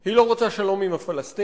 היא לא רוצה שלום עם הפלסטינים,